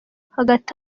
hagati